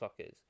fuckers